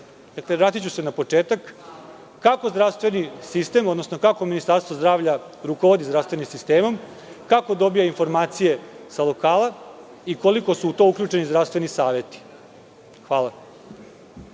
vratiću se na početak –kako zdravstveni sistem, odnosno Ministarstvo zdravlja rukovodi zdravstvenim sistemom? Kako dobija informacije sa lokala i koliko su tu uključeni zdravstveni saveti? Hvala.